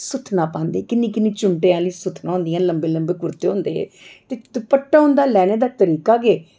सुत्थना पांदियां किन्नी किन्नी चुंडे आहली सुत्थना होंदियां लम्बे लम्बे कुर्ते होंदे हे ते दपट्टा होंदा हा लैने दा तरीका गै